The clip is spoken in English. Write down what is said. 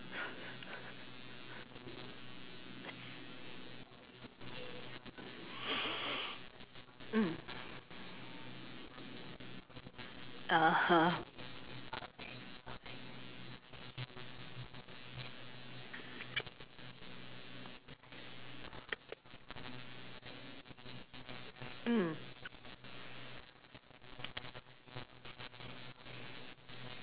mm (uh huh) mm